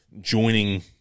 joining